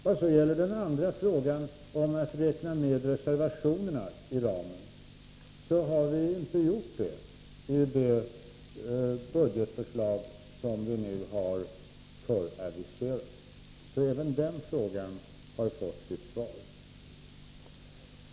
Vad sedan gäller den andra frågan om att räkna med reservationerna i ramen vill jag säga att vi inte har gjort det i det budgetförslag som vi nu föraviserat. Så den frågan har också fått sitt svar.